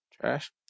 Trash